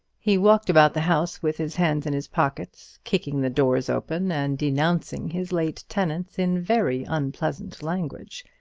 he walked about the house with his hands in his pockets, kicking the doors open, and denouncing his late tenants in very unpleasant language.